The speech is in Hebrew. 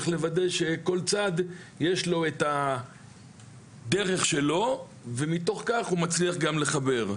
צריך לוודא שכל צד יש לו את הדרך שלו ומתוך כך הוא מצליח גם לחבר.